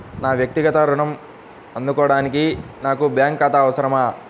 నా వక్తిగత ఋణం అందుకోడానికి నాకు బ్యాంక్ ఖాతా అవసరమా?